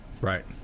right